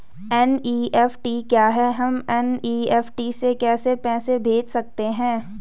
NEFT क्या है हम एन.ई.एफ.टी से कैसे पैसे भेज सकते हैं?